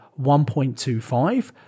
1.25